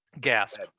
Gasp